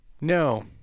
No